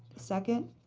second.